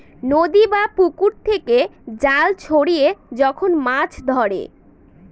নদী বা পুকুর থেকে জাল ছড়িয়ে যখন মাছ ধরে